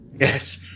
Yes